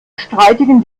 streitigen